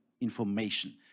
information